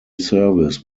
service